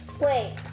wait